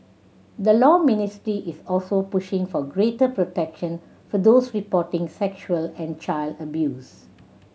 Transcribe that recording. the Law Ministry is also pushing for greater protection for those reporting sexual and child abuse